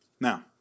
Now